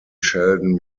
sheldon